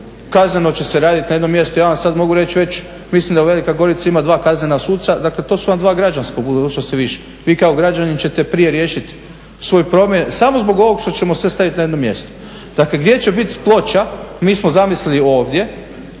Kazneno će se raditi na jednom mjestu. Ja vam sad mogu reći već mislim da Velika Gorica ima kaznena suca. Dakle, to su vam dva građanska u budućnosti više. Vi kao građanin ćete prije riješiti svoje promjene samo zbog ovog što ćemo sve staviti na jedno mjesto. Dakle, gdje će bit ploča mi smo zamislili ovdje